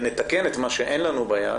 ונתקן את מה שאין לנו ביד